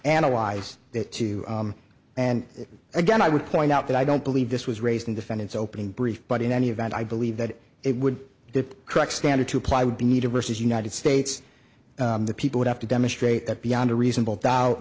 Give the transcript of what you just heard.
analyze it too and again i would point out that i don't believe this was raised in defendant's opening brief but in any event i believe that it would deprive standard to apply would be needed versus united states the people would have to demonstrate that beyond a reasonable doubt